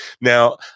Now